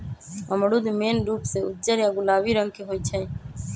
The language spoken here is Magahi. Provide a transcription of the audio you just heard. अमरूद मेन रूप से उज्जर या गुलाबी रंग के होई छई